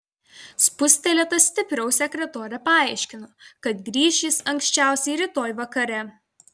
spustelėta stipriau sekretorė paaiškino kad grįš jis anksčiausiai rytoj vakare